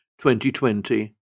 2020